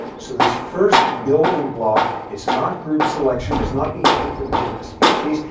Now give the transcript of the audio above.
so this first building block, it's not group selection. it's not behaving for the good of the species.